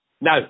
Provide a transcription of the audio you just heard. No